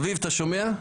אביב, אתה שומע?